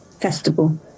Festival